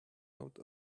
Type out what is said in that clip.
out